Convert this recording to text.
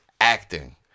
acting